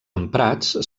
emprats